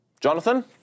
Jonathan